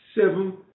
seven